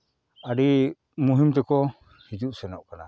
ᱟᱹᱰᱤ ᱢᱩᱦᱤᱢ ᱛᱮᱠᱚ ᱦᱤᱡᱩᱜ ᱥᱮᱱᱚᱜ ᱠᱟᱱᱟ